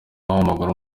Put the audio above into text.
w’amaguru